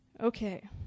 Okay